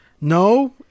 No